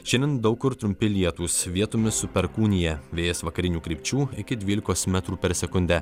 šiandien daug kur trumpi lietūs vietomis su perkūnija vėjas vakarinių krypčių iki dvylikos metrų per sekundę